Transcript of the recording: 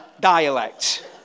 dialect